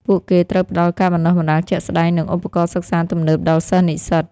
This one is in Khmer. ពួកគេត្រូវផ្តល់ការបណ្តុះបណ្តាលជាក់ស្តែងនិងឧបករណ៍សិក្សាទំនើបដល់សិស្សនិស្សិត។